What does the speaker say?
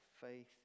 faith